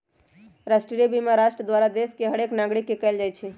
राष्ट्रीय बीमा राष्ट्र द्वारा देश के हरेक नागरिक के कएल जाइ छइ